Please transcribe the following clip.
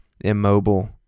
immobile